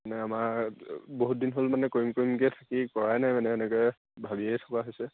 মানে আমাৰ বহুত দিন হ'ল মানে কৰিম কৰিমকৈ থাকি কৰাই নাই মানে এনেকৈ ভাবিয়েই থকা হৈছে